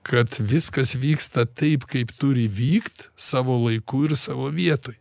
kad viskas vyksta taip kaip turi vykt savo laiku ir savo vietoj